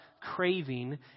craving